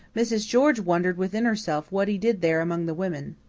mrs. george wondered within herself what he did there among the women.